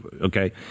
okay